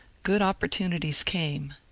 good opportunities came.